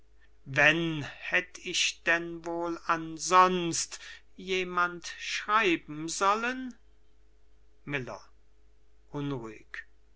ihn wenn hätt ich denn wohl an sonst jemand schreiben sollen miller